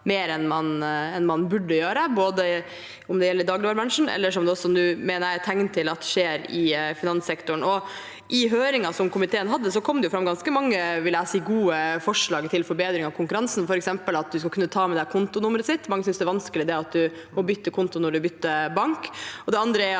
mer enn man burde gjøre, enten det gjelder dagligvarebransjen, eller som det nå, mener jeg, er tegn til at skjer i finanssektoren. I høringen komiteen hadde, kom det fram ganske mange gode forslag til forbedring av konkurransen, f.eks. at en skal kunne ta med seg kontonummeret sitt. Mange synes det er vanskelig at en må bytte konto når en bytter bank.